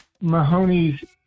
Mahoney's